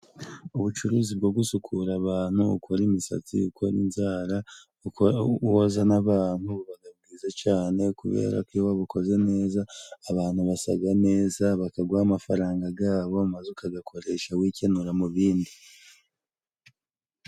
Ubucuruzi bwo gusukura abantu ukora imisatsi, ukora inzara, woza n'abantu, bubaga bwiza cane kubera ko iyo wabukoze neza abantu basaga neza, bakaguha amafaranga gabo, maze ukagakoresha wikenura mu bindi.